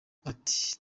ati